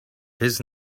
his